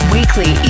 Weekly